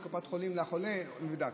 מקופת חולים לחולה או לנבדק.